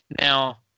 now